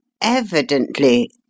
Evidently